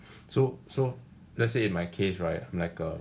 so so let's say in my case right like a